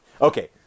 Okay